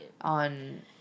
on